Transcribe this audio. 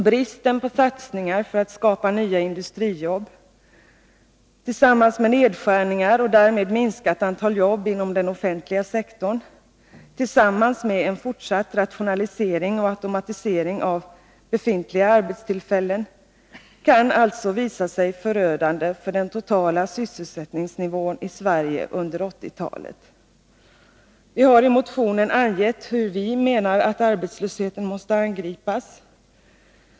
Bristen på satsningar för att skapa nya industrijobb tillsammans med nedskärningar och därmed ett minskat antal jobb inom den offentliga sektorn jämte en fortsatt rationalisering och automatisering av befintliga arbetstillfällen kan alltså visa sig förödande för den totala sysselsättningsnivån i Sverige under 1980-talet. Vi har i motionen angett hur vi menar att arbetslösheten måste angripas.